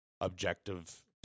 objective